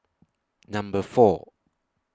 Number four